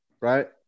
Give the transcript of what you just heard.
right